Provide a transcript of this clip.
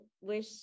wish